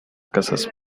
casas